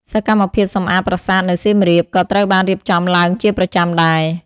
សកម្មភាពសម្អាតប្រាសាទនៅសៀមរាបក៏ត្រូវបានរៀបចំឡើងជាប្រចាំដែរ។